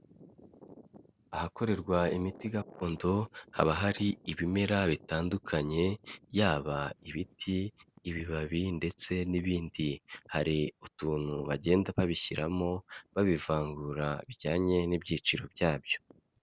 Ahakorerwa imiti gakondo, haba hari ibimera bitandukanye, yaba ibiti, ibibabi ndetse n'ibindi, hari utuntu bagenda babishyiramo, babivangura bijyanye n'ibyiciro byabyo.